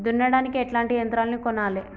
దున్నడానికి ఎట్లాంటి యంత్రాలను కొనాలే?